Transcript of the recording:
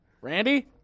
Randy